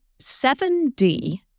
7D